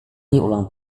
ulang